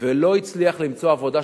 ולא הצליח למצוא עבודה,